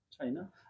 China